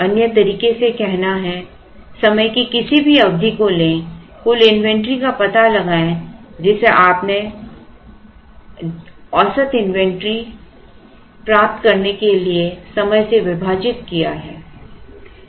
अन्य तरीके से कहना है समय की किसी भी अवधि को ले कुल इन्वेंट्री का पता लगाएं जिसे आपने औसत इन्वेंट्री प्राप्त करने के लिए समय से विभाजित किया है